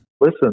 Listen